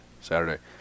Saturday